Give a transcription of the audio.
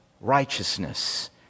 righteousness